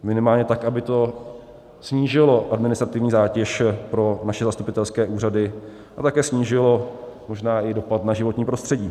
Minimálně tak, aby to snížilo administrativní zátěž pro naše zastupitelské úřady a také snížilo možná i dopad na životní prostředí.